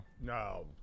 No